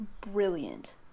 brilliant